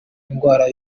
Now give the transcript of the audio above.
indwara